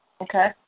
Okay